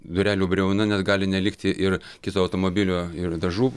durelių briauna net gali nelikti ir kito automobilio ir dažų